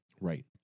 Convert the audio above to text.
Right